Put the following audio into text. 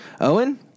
Owen